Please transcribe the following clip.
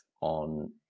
on